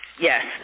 Yes